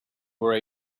were